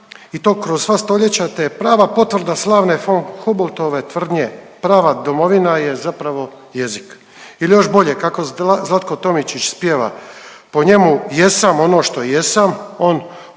i to kroz sva stoljeća, te je prava potvrda slavne Humboldtove tvrdnje „Prava domovina je zapravo jezik“ ili još bolje kako Zlatko Tomičić pjeva „po njemu jesam ono što jesam, on